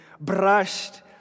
Brushed